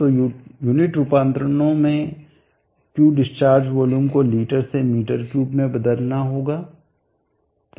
तो यूनिट रूपांतरणों में Q डिस्चार्ज वॉल्यूम को लीटर से मीटर क्यूब में बदलना होगा